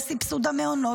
סבסוד המעונות,